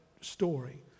story